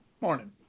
Morning